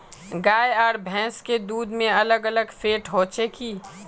गाय आर भैंस के दूध में अलग अलग फेट होचे की?